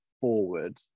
forward